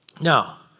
Now